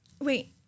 Wait